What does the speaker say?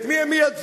את מי הם מייצגים?